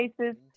cases